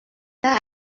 that